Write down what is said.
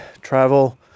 travel